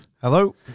Hello